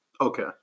Okay